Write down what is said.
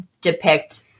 depict